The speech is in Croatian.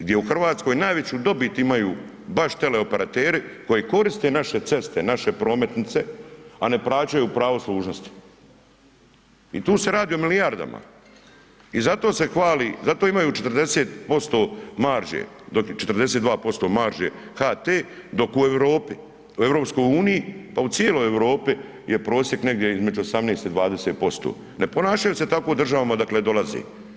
Gdje u Hrvatskoj najveću dobit imaju baš teleoperateri koji koriste naše ceste, naše prometnice a ne plaćaju pravo služnosti i tu se radi o milijardama i zato se hvali, zato imaju 40% marže, 42% marže HT dok u Europi, u EU-u, pa u cijeloj Europi je prosjek negdje između 18 i 20%, ne ponašaju se tako u državama odakle dolaze.